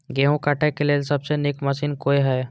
गेहूँ काटय के लेल सबसे नीक मशीन कोन हय?